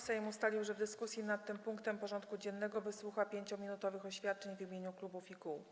Sejm ustalił, że w dyskusji nad tym punktem porządku dziennego wysłucha 5-minutowych oświadczeń w imieniu klubów i kół.